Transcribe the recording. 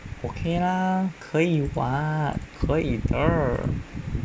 okay 啦可以 [what] 可以的